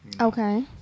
Okay